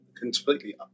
completely